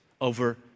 over